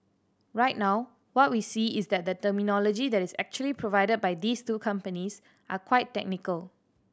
right now what we see is that the terminology that is actually provided by these two companies are quite technical